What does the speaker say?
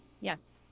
Yes